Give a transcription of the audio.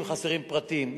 אם חסרים פרטים,